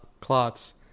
clots